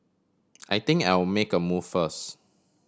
I think I'll make a move first